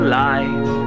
light